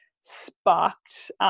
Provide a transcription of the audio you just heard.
sparked